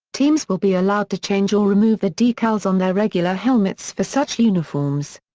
teams will be allowed to change or remove the decals on their regular helmets for such uniforms.